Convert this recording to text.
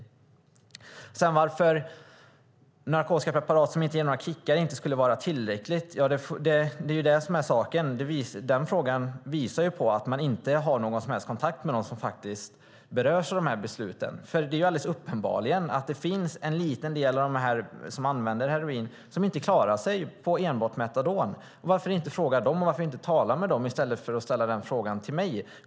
Varför skulle inte narkotiska preparat som inte ger några kickar vara tillräckliga? Det är det som är saken. Frågan visar att man inte har någon som helst kontakt med dem som berörs av besluten. Det är uppenbart att det finns en liten del av dem som använder heroin som inte klarar sig på enbart metadon. Varför inte fråga dem, och varför inte tala med dem i stället för att ställa frågan till mig?